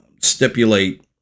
stipulate